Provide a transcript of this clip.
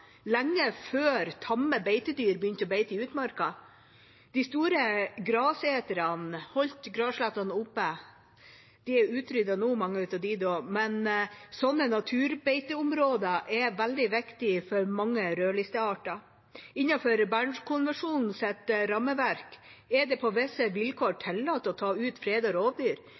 lenge før tamme beitedyr begynte å beite i utmarka. De store graseterne holdt grasslettene oppe. Mange av dem er utryddet nå, men sånne naturbeiteområder er veldig viktige for mange rødlistearter. Innenfor Bernkonvensjonens rammeverk er det på visse vilkår tillatt å ta ut fredede rovdyr. Det er ikke i strid med Bernkonvensjonen og